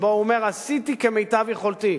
האומר: עשיתי כמיטב יכולתי.